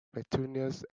petunias